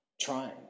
trying